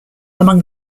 among